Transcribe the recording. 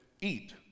eat